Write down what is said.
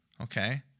Okay